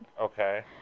Okay